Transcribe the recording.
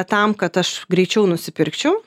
tam kad aš greičiau nusipirkčiau